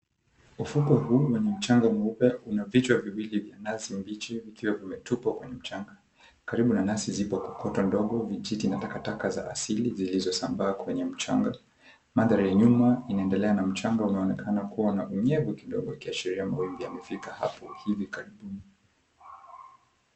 Ufuko huu wenye mchanga mweupe una vichwa viwili vya nazi mbichi vikiwa vimetupwa kwenye mchanga. Karibu na nazi zipo kokoto ndogo, vijiti na takataka za asili zilizosambaa kwenye mchanga. Mandhari ya nyuma inaendelea na mchanga unaonekana kuwa na unyevu kidogo yakiashiria mawimbi yamefikia hapo hivi karibuni.